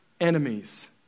enemies